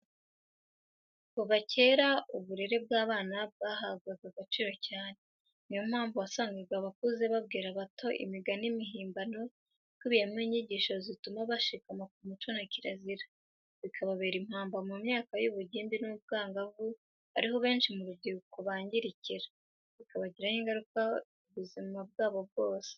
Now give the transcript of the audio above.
Kuva kera, uburere bw'abana bwahabwaga agaciro cyane, ni yo mpamvu wasangaga abakuze babwira abato imigani mihimbano ikubiyemo inyigisho zituma bashikama ku muco na kirazira, bikababera impamba mu myaka y'ubugimbi n'ubwangavu, ariho abenshi mu rubyiruko bangirikira, bikabagiraho ingaruka ubuzima bwabo bwose.